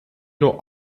nur